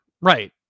right